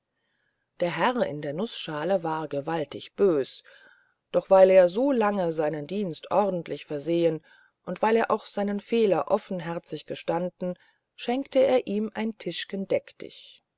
der herr in der nußschale war gewaltig bös doch weil er so lang seinen dienst ordentlich versehen und weil er auch seinen fehler offenherzig gestanden schenkte er ihm ein tischgen deck dich